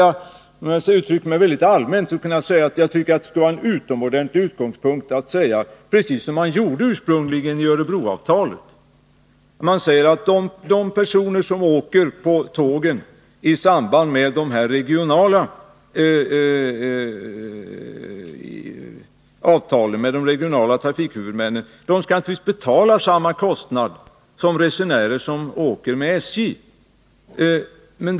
För att uttrycka —& april 1981 mig väldigt allmänt vill jag säga att jag tycker att det skulle vara en utomordentligt bra utgångspunkt att resonera precis som man ursprungligen Om den regionala gjorde i fråga om Örebroavtalet, nämligen att de personer som åker på kollektivtrafikförsträckor som berör de regionala trafikhuvudmännen naturligtvis skall betala samma kostnad som de resenärer som åker på sträckor som SJ svarar för.